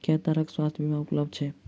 केँ तरहक स्वास्थ्य बीमा उपलब्ध छैक?